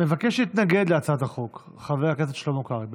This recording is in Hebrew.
מבקש להתנגד להצעת החוק חבר הכנסת שלמה קרעי.